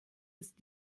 ist